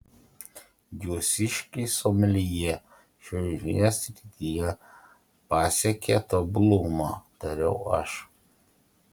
jūsiškiai someljė šioje srityje pasiekė tobulumą tariau aš